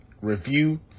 review